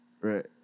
Right